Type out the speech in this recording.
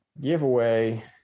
giveaway